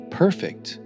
perfect